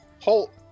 Holt